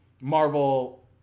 Marvel